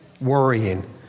worrying